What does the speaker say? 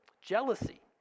jealousy